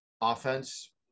Offense